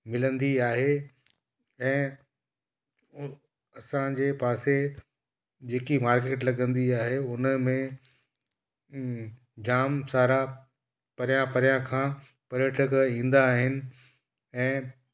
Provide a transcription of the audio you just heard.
मिलंदी आहे ऐं असांजे पासे जेकी मार्किट लॻंदी आहे उन में जाम सारा परियां परियां खां पर्यटक ईंदा आहिनि ऐं